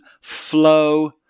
flow